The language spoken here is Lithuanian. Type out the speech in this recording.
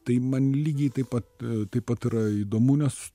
tai man lygiai taip pat taip pat yra įdomu nes